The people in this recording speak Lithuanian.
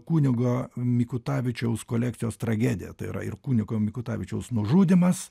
kunigo mikutavičiaus kolekcijos tragedija tai yra ir kunigo mikutavičiaus nužudymas